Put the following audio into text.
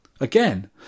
again